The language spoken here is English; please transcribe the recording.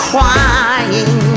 Crying